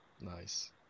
Nice